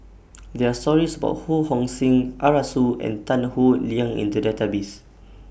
There Are stories about Ho Hong Sing Arasu and Tan Howe Liang in The Database